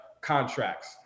contracts